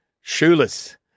shoeless